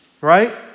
Right